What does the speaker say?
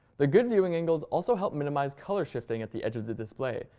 the good viewing angles also help minimalize color shifting at the edge of the display,